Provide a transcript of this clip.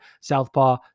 Southpaw